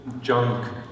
junk